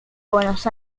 buenos